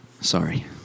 Sorry